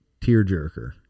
tearjerker